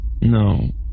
No